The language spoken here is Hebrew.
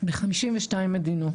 מ-52 מדינות.